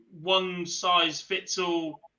one-size-fits-all